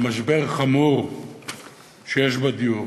על משבר חמור שיש בדיור,